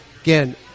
again